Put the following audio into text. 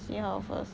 想好 first